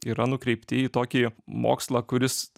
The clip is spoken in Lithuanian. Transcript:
yra nukreipti į tokį mokslą kuris